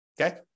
Okay